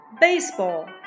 Baseball